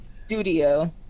studio